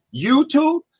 YouTube